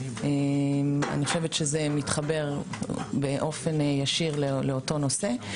אני חושבת שזה מתחבר באופן ישיר לאותו נושא.